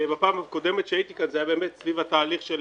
בפעם הקודמת שהייתי כאן זה היה באמת סביב התהליך של